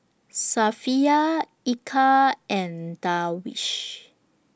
Safiya Eka and Darwish